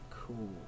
cool